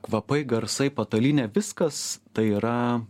kvapai garsai patalynė viskas tai yra